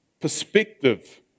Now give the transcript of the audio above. Perspective